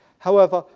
however,